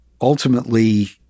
ultimately